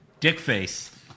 Dickface